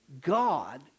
God